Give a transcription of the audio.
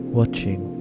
watching